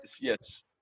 Yes